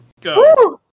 Go